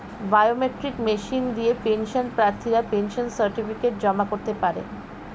biometric machine দিয়ে pension প্রার্থীরা pension certificate জমা করতে পারে